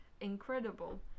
incredible